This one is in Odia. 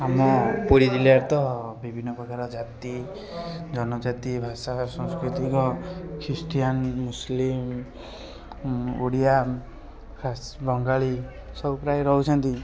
ଆମ ପୁରୀ ଜିଲ୍ଲାରେ ତ ବିଭିନ୍ନ ପ୍ରକାର ଜାତି ଜନଜାତି ଭାଷା ଓ ସଂସ୍କୃତିକ ଖ୍ରୀଷ୍ଟିଆନ୍ ମୁସଲିମ୍ ଓଡ଼ିଆ ଖାସ୍ ବଙ୍ଗାଳୀ ସବୁ ପ୍ରାୟ ରହୁଛନ୍ତି